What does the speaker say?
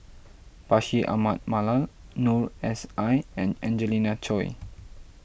Bashir Ahmad Mallal Noor S I and Angelina Choy